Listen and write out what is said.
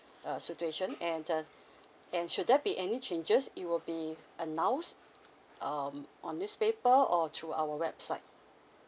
uh situation and uh and should there be any changes it will be announce um on newspaper or through our website